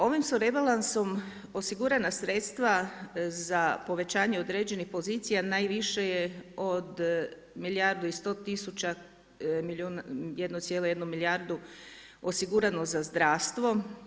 Ovim su rebalansom osigurana sredstva za povećanje određenih pozicija, najviše je od milijardu i 100 tisuća, milijuna, 1,1 milijardu osigurano za zdravstvo.